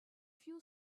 few